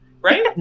right